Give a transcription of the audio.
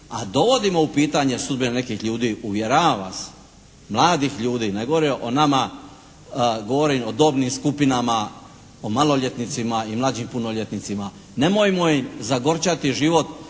a dovodimo u pitanje sudbine nekih ljudi, uvjeravam vas. Mladih ljudi, ne govorim o nama. Govorim o dobnim skupinama o maloljetnicima i mlađim punoljetnicima. Nemojmo im zagorčati život